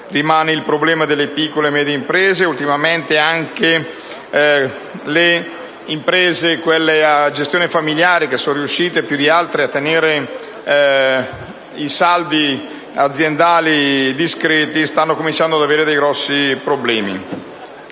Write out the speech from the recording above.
Rimane il problema delle piccole e medie imprese. Ultimamente anche le imprese a gestione familiare, che sono riuscite più di altre a tenere i saldi aziendali discreti, stanno cominciando ad avere dei grossi problemi.